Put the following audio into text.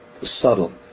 Subtle